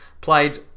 played